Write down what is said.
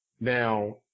Now